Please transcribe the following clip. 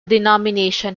denomination